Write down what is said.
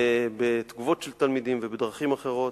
בתגובות של תלמידים ובדרכים אחרות.